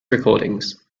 recordings